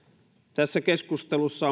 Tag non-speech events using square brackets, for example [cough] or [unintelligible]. tässä keskustelussa [unintelligible]